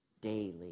daily